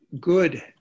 good